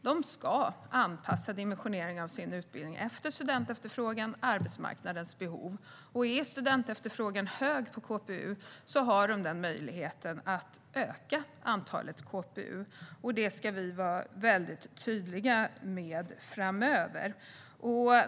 De ska anpassa dimensioneringen av sin utbildning efter studentefterfrågan och arbetsmarknadens behov. Om studentefterfrågan på KPU är hög har de möjligheten att öka antalet KPU:er, vilket vi ska vara väldigt tydliga med framöver.